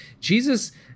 Jesus